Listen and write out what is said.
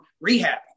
rehab